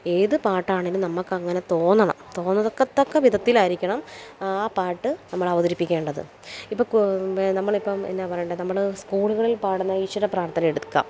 ഏത് പാട്ടാണേലും നമുക്കങ്ങനെ തോന്നണം തോന്നതത്തക്ക വിധത്തിലായിരിക്കണം ആ പാട്ട് നമ്മൾ അവതരിപ്പിക്കേണ്ടത് ഇപ്പം കു നമ്മളിപ്പം എന്നാ പറയണ്ടത് നമ്മൾ സ്കൂളുകളിൽ പാടുന്ന ഈശ്വര പ്രാർത്ഥനയെടുക്കാം